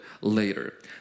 later